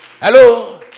Hello